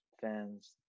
fans